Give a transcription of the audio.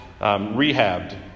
rehabbed